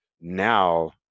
now